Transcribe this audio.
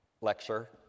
lecture